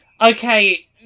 okay